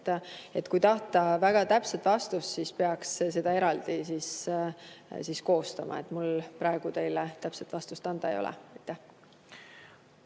Kui tahta väga täpset vastust, siis selle [aruande] peaks eraldi koostama. Mul praegu teile täpset vastust anda ei ole.